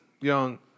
young